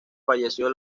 falleció